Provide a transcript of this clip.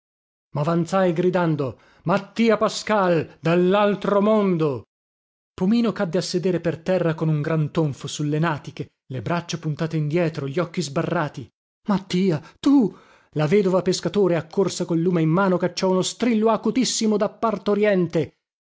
mavanzai gridando mattia pascal dallaltro mondo pomino cadde a sedere per terra con un gran tonfo sulle natiche le braccia puntate indietro gli occhi sbarrati mattia tu la vedova pescatore accorsa col lume in mano cacciò uno strillo acutissimo da